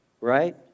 Right